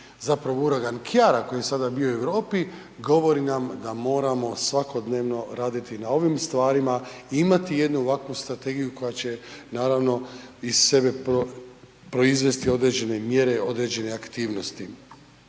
zapravo uragan Kiara koji je sada bio u Europi, govori nam da moramo svakodnevno raditi na ovim stvarima, imati jednu ovakvu strategiju koja će naravno iz sebe proizvesti određene mjere, određene aktivnosti.